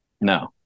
No